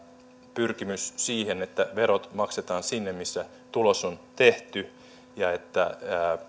pyrkimys siihen että verot maksetaan sinne missä tulos on tehty ja että